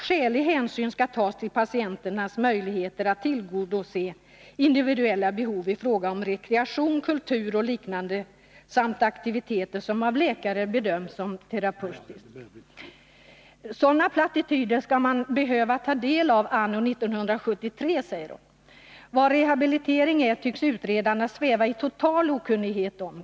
”Skälig hänsyn skall tas till patienternas möjligheter att tillgodose individuella behov i fråga om rekreation, kultur och liknande samt aktiviteter som av läkare bedöms äga terapeutisk betydelse.” Sådana plattityder skall man behöva ta del av anno 1973! Vad rehabilitering är tycks utredarna sväva i total okunnighet om.